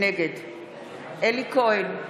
נגד אלי כהן,